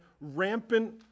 rampant